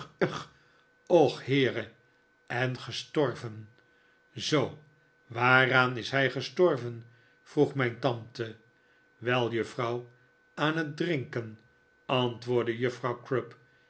och heere en gestorven zoo waaraan is hij gestorven vroeg mijn tante wei juffrouw aan het drinken antwoordde juffrouw crupp